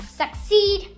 succeed